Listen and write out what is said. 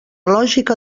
lògica